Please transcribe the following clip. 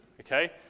Okay